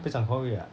不要讲 COVID ah